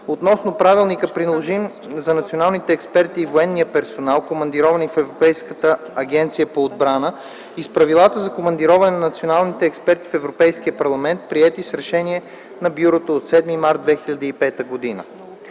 относно Правилника, приложим за националните експерти и военния персонал, командировани в Европейската агенция по отбрана, и с Правилата за командироване на националните експерти в Европейския парламент, приети с решение на бюрото от 7 март 2005 г.